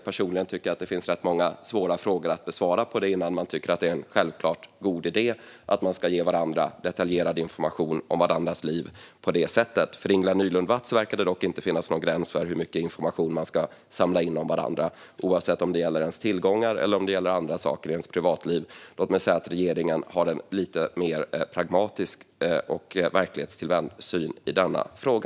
Personligen tycker jag att det finns rätt många svåra frågor att besvara innan man tycker att det är en självklart god idé att ge varandra detaljerad information om varandras liv på det sättet. För Ingela Nylund Watz verkar det dock inte finnas någon gräns för hur mycket information man ska samla in om varandra, oavsett om det gäller ens tillgångar eller andra saker i ens privatliv. Låt mig säga att regeringen har en lite mer pragmatisk och verklighetstillvänd syn på denna fråga.